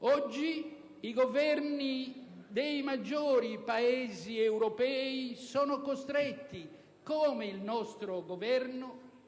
Oggi i Governi dei maggiori Paesi europei sono costretti, come il nostro Governo,